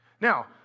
Now